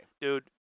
Dude